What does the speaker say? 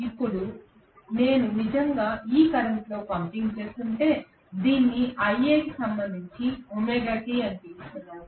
ఇప్పుడు నేను నిజంగా ఈ కరెంట్లో పంపింగ్ చేస్తుంటే దీన్ని Ia కి సంబంధించి ωt అని పిలుస్తాను